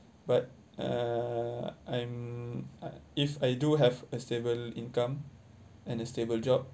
but uh I'm I if I do have a stable income and a stable job